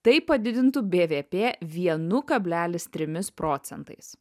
tai padidintų bvp vienu kablelis trimis procentais